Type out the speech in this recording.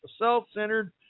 self-centered